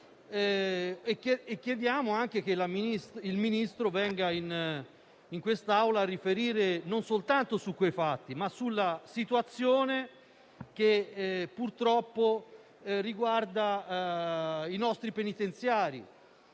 Chiediamo altresì che il Ministro venga in quest'Aula a riferire non soltanto su quei fatti ma sulla situazione che, purtroppo, riguarda i nostri penitenziari.